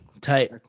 Tight